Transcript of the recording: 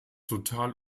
total